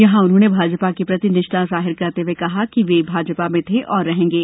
यहां उन्होंने भाजपा के प्रति निष्ठा जाहिर करते हुए कहा कि वे भाजपा में थे हैं और रहेंगे